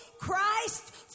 Christ